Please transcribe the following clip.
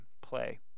play